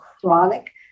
chronic